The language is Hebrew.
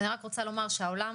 העולם